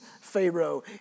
Pharaoh